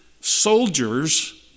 soldiers